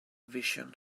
vision